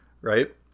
Right